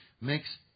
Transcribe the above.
makes